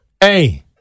Hey